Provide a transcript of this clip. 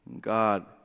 God